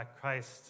Christ